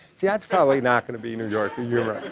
that's probably not going to be new yorker humor.